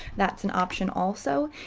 that's an option also.